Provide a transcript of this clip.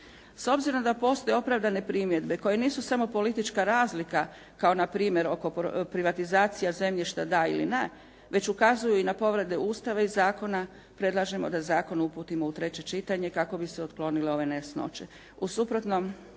S obzirom da postoje opravdane primjedbe koje nisu samo politička razlika kao na primjer privatizacija zemljišta da ili ne, već ukazuju i na povrede Ustava i zakona, predlažemo da zakon uputimo u treće čitanje kako bi se otklonile ove nejasnoće.